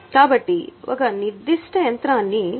కాబట్టి ఒక నిర్దిష్ట యంత్రాన్ని రూ